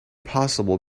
possible